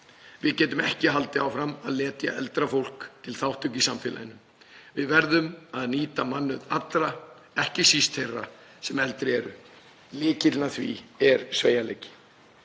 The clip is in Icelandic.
Við getum ekki haldið áfram að letja eldra fólk til þátttöku í samfélaginu. Við verðum að nýta mannauð allra, ekki síst þeirra sem eldri eru. Lykilinn að því er sveigjanleiki.